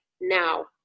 now